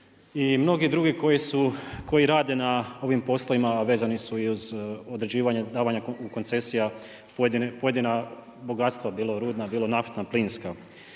i mnogi drugi koji rade na ovim poslovima, a vezani su i uz određivanje, davanje koncesija, pojedina bogatstva, bilo rudna, bilo naftna, plinska.